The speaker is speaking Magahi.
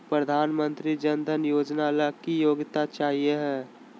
प्रधानमंत्री जन धन योजना ला की योग्यता चाहियो हे?